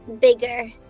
bigger